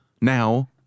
now